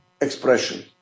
expression